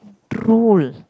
true